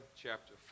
chapter